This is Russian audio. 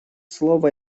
слово